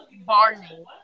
Barney